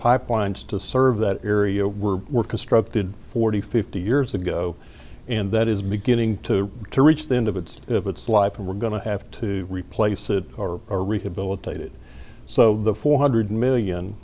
pipelines to serve that area were were constructed forty fifty years ago and that is beginning to to reach the end of its of its life and we're going to have to replace it or rehabilitated so the four hundred million